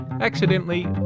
accidentally